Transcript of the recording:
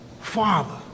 father